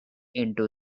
into